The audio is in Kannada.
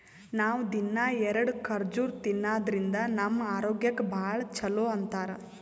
ನಾವ್ ದಿನ್ನಾ ಎರಡ ಖರ್ಜುರ್ ತಿನ್ನಾದ್ರಿನ್ದ ನಮ್ ಆರೋಗ್ಯಕ್ ಭಾಳ್ ಛಲೋ ಅಂತಾರ್